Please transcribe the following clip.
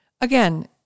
Again